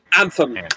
Anthem